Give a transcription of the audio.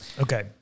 Okay